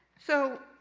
so,